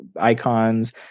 icons